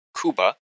Kuba